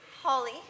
Holly